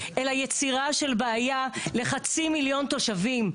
אלא יצירה של בעיה לחצי מיליון תושבים.